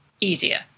easier